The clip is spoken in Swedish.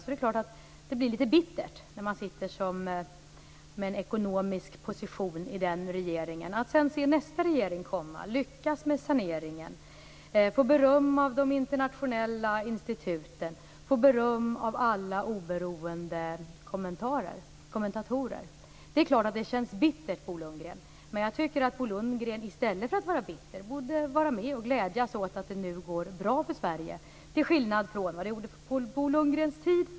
Då är det klart att det blir litet bittert att se nästa regering komma och lyckas med saneringen och få beröm av de internationella instituten och av alla oberoende kommentatorer. Det är klart att det känns bittert, Bo Lundgren. Men jag tycker att Bo Lundgren i stället för att vara bitter borde vara med och glädjas åt att det nu går bra för Sverige till skillnad från vad det gjorde under hans tid.